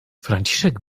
franciszek